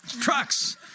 Trucks